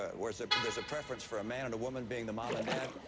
ah where so there's a preference for a man and a woman being the mom and dad,